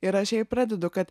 ir aš jai pradedu kad